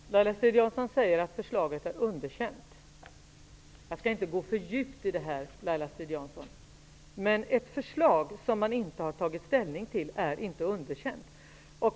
Herr talman! Laila Strid-Jansson säger att regeringens förslag är underkänt. Jag skall inte gå för djupt i det här, men jag kan säga att ett förslag som man inte har tagit ställning till inte är underkänt.